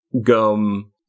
gum